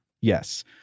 Yes